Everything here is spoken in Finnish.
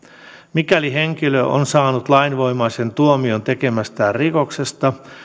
mikäli henkilö on saanut lainvoimaisen tuomion tekemästään rikoksesta